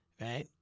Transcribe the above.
right